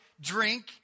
drink